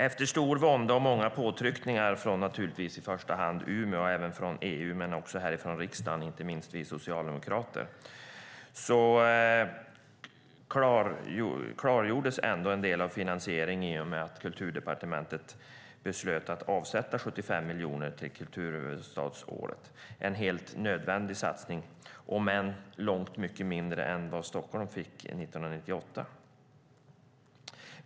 Efter stor vånda och många påtryckningar från naturligtvis i första hand Umeå men även från EU och också från riksdagen, inte minst från oss socialdemokrater, klargjordes en del av finansieringen i och med att Kulturdepartementet beslöt att avsätta 75 miljoner till kulturhuvudstadsåret. Det är en helt nödvändig satsning, om än långt mindre än vad Stockholm fick 1998.